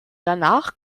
danach